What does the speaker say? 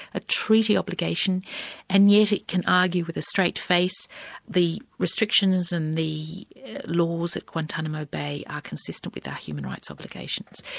a treaty obligation and yet it can argue with a straight face the restrictions and the laws at guantanomo bay are consistent with that human rights obligation.